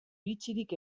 iritzirik